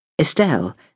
Estelle